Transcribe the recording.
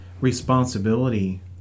responsibility